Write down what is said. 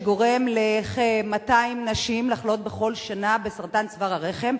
שגורם לכ-200 נשים לחלות בכל שנה בסרטן צוואר הרחם,